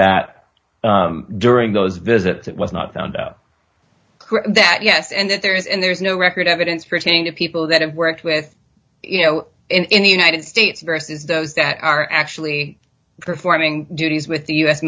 that during those visits it was not found out that yes and that there is and there's no record evidence pertaining to people that have worked with you know in the united states versus those that are actually performing duties with the u